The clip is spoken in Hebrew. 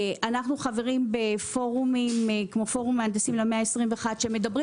אנחנו חברים בפורומים כמו פורום מהנדסים ל-121 שמדברים